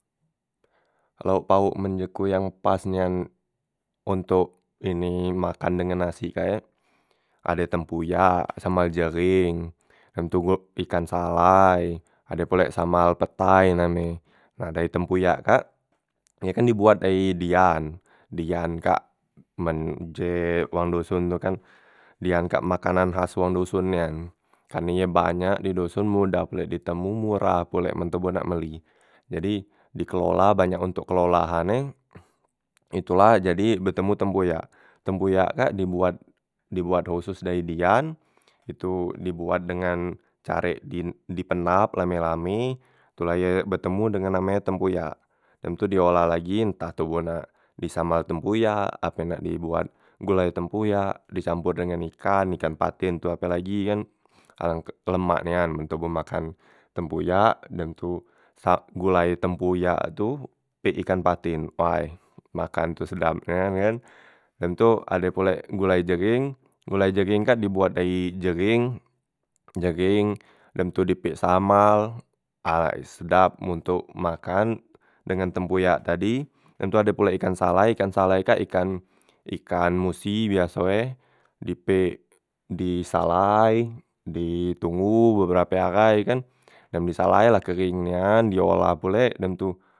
Laok paok men je ku yang pas nian ontok ini makan dengan nasi kak ye ade tempuyak, samal jering, dem tu gho ikan salai, ade pulek samal petai name e. Nah dari tempuyak kak ye kan diboat dayi dian, dian kak men je wang doson tu kan dian kak makanan khas wang doson nian, karne ye banyak di doson modah pulek ditemo morah pulek men toboh nak meli, jadi dikelola banyak ontok kelolahan e itu la jadi betemo tempoyak, tempoyak kak diboat diboat khusus dayi dian itu diboat dengan carek di dipenap lame lame, tu la ye betemu dengan yang name tempoyak, dem tu diolah lagi entah toboh nak samal tempuyak ape nak diboat gulai tempuyak dicampor dengan ikan, ikan patin tu apelagi e kan, alangka lemak nian toboh tu men makan tempoyak dem tu sak gulai tempoyak tu pek ikan patin, way makan tu sedap nyan kan, dem tu ade pulek gulai jering, gulai jering kak diboat dayi jering, jering dem tu di pek samal ay sedap men ntok makan dengan tempoyak tadi, dem tu ade pulek ikan salai, ikan salai kak ikan ikan musi biaso e di pek di salai ditonggo beberape ahai e kan, dem di salai la kering nian diolah pulek dem tu.